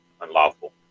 unlawful